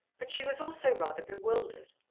but she was also rather bewildered.